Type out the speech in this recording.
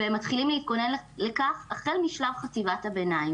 והם מתחילים להתכונן לכך החל משלב חטיבת הביניים.